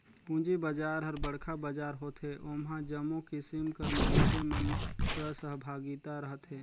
पूंजी बजार हर बड़खा बजार होथे ओम्हां जम्मो किसिम कर मइनसे मन कर सहभागिता रहथे